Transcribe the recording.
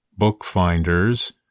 Bookfinders